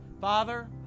Father